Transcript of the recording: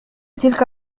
تلك